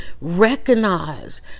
Recognize